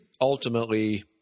ultimately